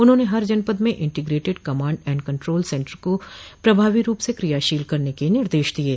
उन्होंने हर जनपद में integrated command and control centre को प्रभावी रूप से कियाशील करने के निर्देश दिये